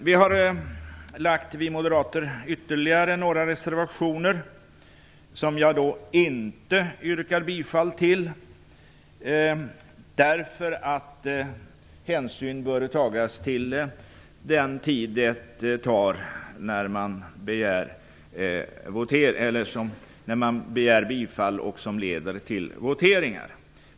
Vi moderater har framlagt ytterligare några reservationer som jag inte yrkar bifall till, därför att hänsyn bör tagas till den tid det tar när man yrkar bifall som leder till voteringar.